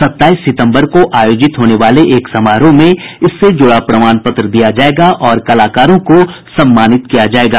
सत्ताईस सितंबर को आयोजित होने वाले एक समारोह में इससे जुड़ा प्रमाण पत्र दिया जायेगा और कलाकारों को सम्मानित किया जायेगा